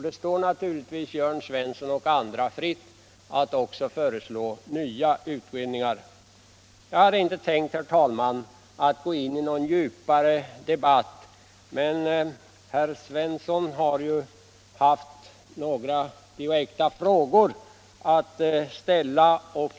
Det står naturligtvis Jörn Svensson och andra fritt att också föreslå nya utredningar. | Jag hade inte, herr talman, tänkt att gå in i någon djupare debatt, men herr Svensson har ju ställt några direkta frågor.